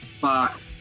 Fuck